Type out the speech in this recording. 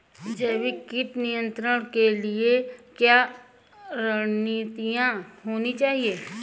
जैविक कीट नियंत्रण के लिए क्या रणनीतियां होनी चाहिए?